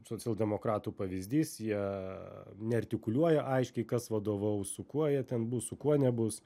socialdemokratų pavyzdys jie neartikuliuoja aiškiai kas vadovaus su kuo jie ten bus su kuo nebus